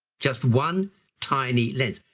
just one tiny lens.